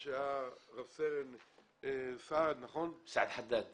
מי שהיה רב סרן סעד חדד,